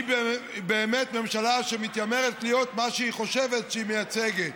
היא באמת ממשלה שמתיימרת להיות מה שהיא חושבת שהיא מייצגת,